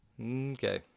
okay